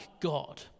God